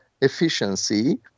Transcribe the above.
efficiency